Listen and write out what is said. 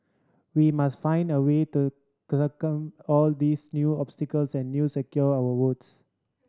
we must find a way to all these new obstacles and new secure our votes